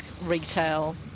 retail